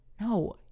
No